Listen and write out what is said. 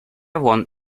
want